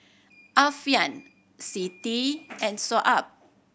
Alfian Siti and Shoaib